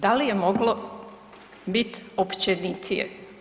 Da li je moglo biti općenitije?